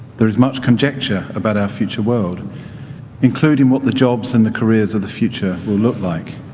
there is much conjecture about our future world including what the jobs and the careers of the future will look like.